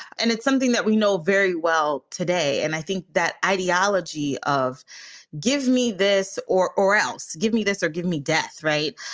and it's something that we know very well today. and i think that ideology of give me this or or else give me this or give me death. right.